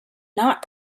not